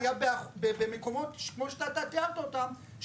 היה במקומות כמו שאתה תיארת אותם,